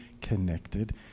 connected